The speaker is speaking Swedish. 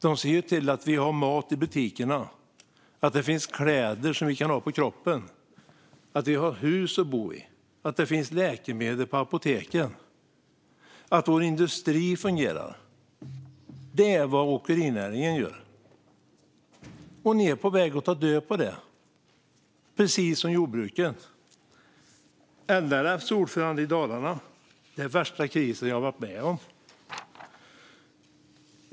De ser till att vi har mat i butikerna, att det finns kläder som vi kan ha på kroppen, att vi har hus att bo i, att det finns läkemedel på apoteken och att vår industri fungerar. Det är vad åkerinäringen gör. Och ni är på väg att ta död på den, precis som på jordbruket. LRF:s ordförande i Dalarna säger: Det är den värsta kris jag har varit med om.